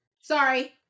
sorry